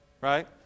Right